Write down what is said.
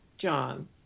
John